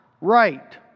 right